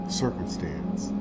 circumstance